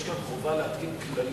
יש כאן חובה להתקין כללים,